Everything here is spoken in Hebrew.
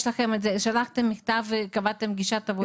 שלחתם מכתב וקבעתם פגישת עבודה איתם?